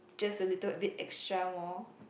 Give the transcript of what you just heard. just a little bit extra more